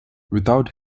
without